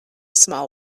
small